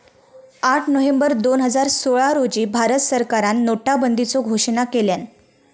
आठ नोव्हेंबर दोन हजार सोळा रोजी भारत सरकारान नोटाबंदीचो घोषणा केल्यान